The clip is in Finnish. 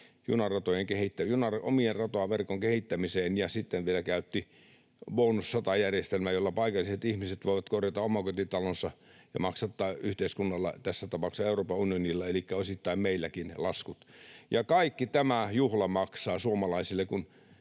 junaratojen, oman rataverkon kehittämiseen ja sitten vielä käytti bonus sata ‑järjestelmään, jolla paikalliset ihmiset voivat korjata omakotitalonsa ja maksattaa laskut yhteiskunnalla, tässä tapauksessa Euroopan unionilla elikkä osittain meilläkin. Ja kaikki tämä juhla maksaa suomalaisille.